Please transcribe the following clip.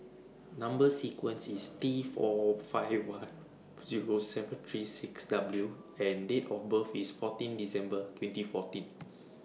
Number sequence IS T four five one Zero seven three six W and Date of birth IS fourteen December twenty fourteen